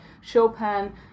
Chopin